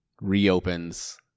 reopens